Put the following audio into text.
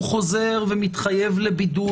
הוא חוזר ומתחייב לבידוד.